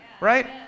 right